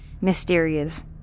mysterious